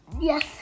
Yes